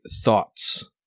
thoughts